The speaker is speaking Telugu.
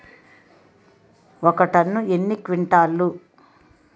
ఒక టన్ను ఎన్ని క్వింటాల్లు?